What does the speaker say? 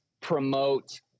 promote